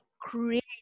create